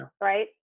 right